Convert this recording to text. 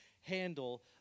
handle